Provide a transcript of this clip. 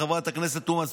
חברת הכנסת תומא סלימאן,